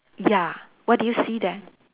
ya what do you see there